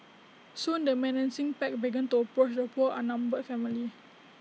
soon the menacing pack began to approach the poor outnumbered family